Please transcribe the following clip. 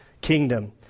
kingdom